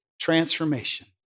Transformation